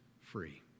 free